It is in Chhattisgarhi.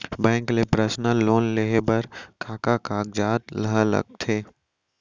बैंक ले पर्सनल लोन लेये बर का का कागजात ह लगथे?